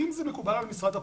אם זה מקובל על משרד הפנים,